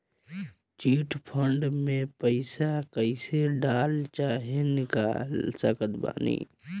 Chit fund मे पईसा कईसे डाल चाहे निकाल सकत बानी?